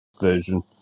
version